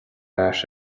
ais